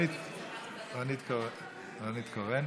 נורית קורן.